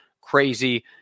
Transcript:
crazy